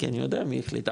כי אני יודע מי החליט,